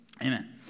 Amen